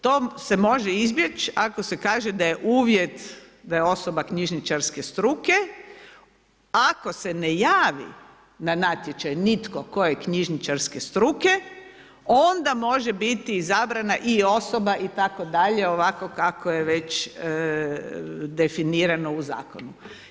Tom se može izbjeći, ako se kaže, da je uvjet, da je osoba knjižničarske struke, ako se ne javi na natječaj nitko tko je knjižničarske struke, onda može biti izabrana i osoba, itd. ovako kako je već definirano u zakonu.